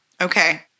Okay